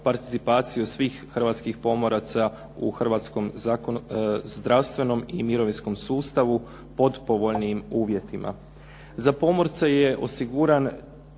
hrvatskih pomoraca